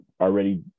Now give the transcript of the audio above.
already